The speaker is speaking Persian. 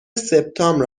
سپتامبر